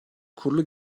kurulu